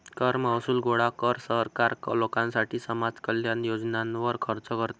कर महसूल गोळा कर, सरकार लोकांसाठी समाज कल्याण योजनांवर खर्च करते